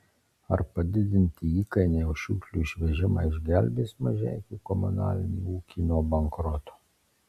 ar padidinti įkainiai už šiukšlių išvežimą išgelbės mažeikių komunalinį ūkį nuo bankroto